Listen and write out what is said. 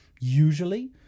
Usually